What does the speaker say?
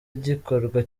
igikorwa